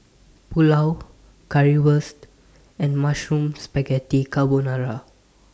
Pulao Currywurst and Mushroom Spaghetti Carbonara